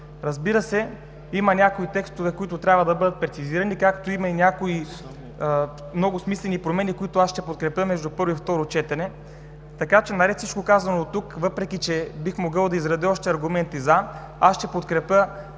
Разбира се, има някои текстове, които трябва да бъдат прецизирани, както има и някои много смислени промени, които аз ще подкрепя между първо и второ четене. Наред с всичко казано дотук, въпреки че бих могъл да изредя още аргументи „за“, аз ще подкрепя